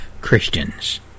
Christians